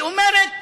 היא אומרת